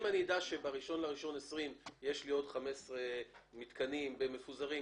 אם אני אדע שב-1.1.2020 יש 15 מתקנים נוספים,